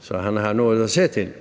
så han har noget at se til.